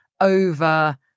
over